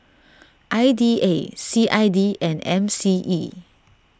I D A C I D and M C E